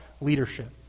leadership